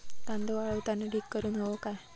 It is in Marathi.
कांदो वाळवताना ढीग करून हवो काय?